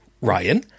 Ryan